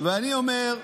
ואני אומר,